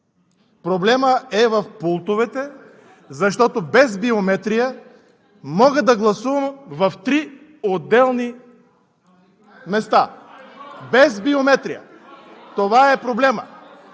Проблемът е в пултовете, защото без биометрия мога да гласувам на три отделни места! Без биометрия! (Шум и реплики